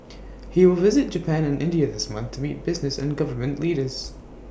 he will visit Japan and India this month to meet business and government leaders